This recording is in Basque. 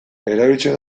erabiltzen